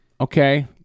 Okay